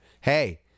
Hey